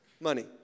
money